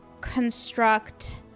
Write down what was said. construct